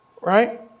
right